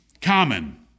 common